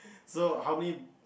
so how many